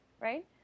right